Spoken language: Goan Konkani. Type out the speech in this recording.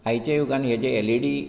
आयचे युगान हे जे एलइडी